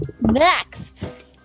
next